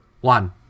One